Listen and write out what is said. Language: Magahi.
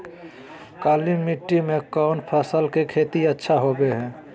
काली मिट्टी में कौन फसल के खेती अच्छा होबो है?